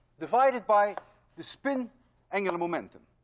divided by the spin angular momentum.